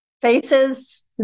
faces